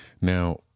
Now